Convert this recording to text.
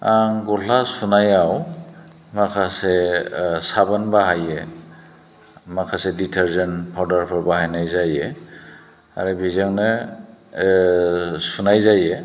आं गस्ला सुनायाव माखासे साबोन बाहायो माखासे डिटारजोन्ट पाउडारफोर बाहायनाय जायो आरो बेजोंनो सुनाय जायो